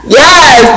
yes